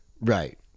right